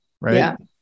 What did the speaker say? Right